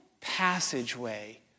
passageway